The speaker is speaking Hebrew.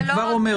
אני כבר אומר.